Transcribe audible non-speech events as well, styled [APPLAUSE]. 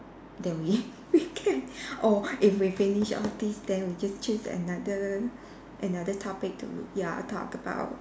then we [LAUGHS] we can [LAUGHS] oh if we finish all these then we just choose another another topic to ya talk about